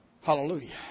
Hallelujah